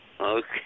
Okay